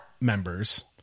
members